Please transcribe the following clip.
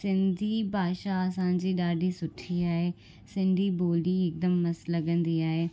सिंधी भाषा असांजी ॾाढी सुठी आहे सिंधी बोली हिकदमि मस्तु लॻंदी आहे